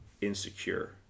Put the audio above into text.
insecure